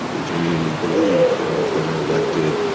they genuinely believe that if they are elected,